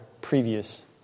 previous